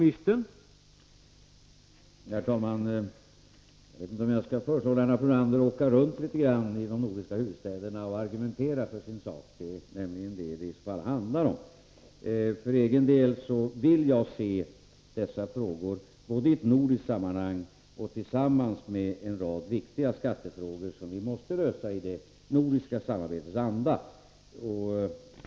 Herr talman! Jag kanske borde föreslå Lennart Brunander att åka runt i de nordiska huvudstäderna och argumentera för sin sak. Att göra det är nämligen vad det handlar om. För egen del vill jag se dessa frågor både i ett nordiskt sammanhang och tillsammans med en rad viktiga skattefrågor som vi måste lösa i det nordiska samarbetets anda.